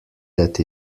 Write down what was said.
that